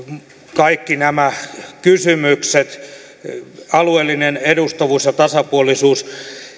kaikki nämä kysymykset alueellinen edustavuus ja tasapuolisuus